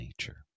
nature